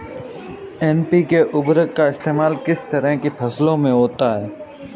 NPK उर्वरक का इस्तेमाल किस तरह की फसलों में होता है?